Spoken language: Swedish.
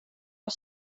jag